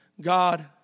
God